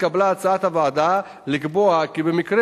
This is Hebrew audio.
התקבלה הצעת הוועדה לקבוע כי במקרה